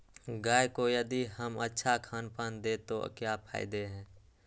गाय को यदि हम अच्छा खानपान दें तो क्या फायदे हैं?